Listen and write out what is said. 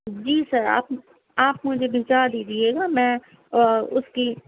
جی sir آپ آپ مجھے بھجوا دیجیے گا میں اُس کی